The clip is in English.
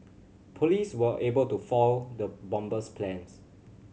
police were able to foil the bomber's plans